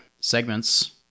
segments